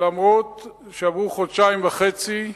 אף-על-פי שעברו חודשיים וחצי,